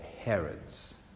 Herod's